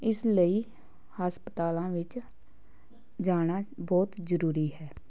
ਇਸ ਲਈ ਹਸਪਤਾਲਾਂ ਵਿੱਚ ਜਾਣਾ ਬਹੁਤ ਜ਼ਰੂਰੀ ਹੈ